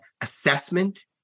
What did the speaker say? assessment